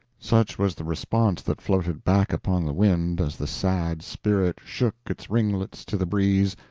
such was the response that floated back upon the wind as the sad spirit shook its ringlets to the breeze,